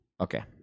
Okay